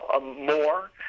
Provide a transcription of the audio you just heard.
more